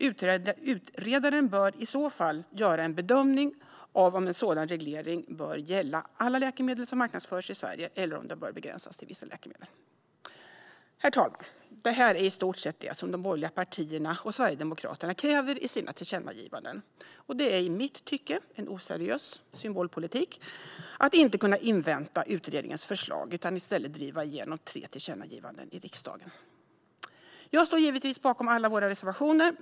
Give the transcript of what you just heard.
Utredaren bör i så fall göra en bedömning av om en sådan reglering bör gälla alla läkemedel som marknadsförs i Sverige eller om den bör begränsas till vissa läkemedel. Herr talman! Det här är i stort sett det som de borgerliga partierna och Sverigedemokraterna kräver i sina tillkännagivanden. Det är i mitt tycke en oseriös symbolpolitik att inte kunna invänta utredningens förslag utan i stället driva igenom tre tillkännagivanden i riksdagen. Jag står givetvis bakom våra alla våra reservationer.